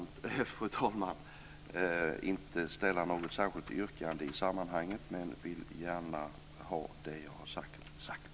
Jag vill inte framställa något särskilt yrkande i sammanhanget, men jag ville säga det jag nu har sagt.